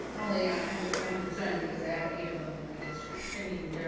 only i'm i'm concerned because i have eight of them in my district i mean, there are